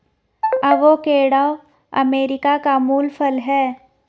avocado America का मूल फल है